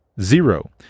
zero